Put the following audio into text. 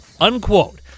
unquote